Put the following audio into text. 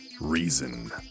Reason